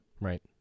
Right